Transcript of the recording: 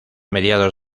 mediados